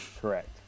correct